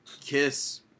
KISS